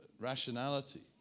rationality